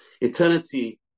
eternity